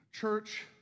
church